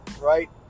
right